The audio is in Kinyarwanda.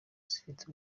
zifite